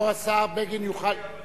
בגין יוכל,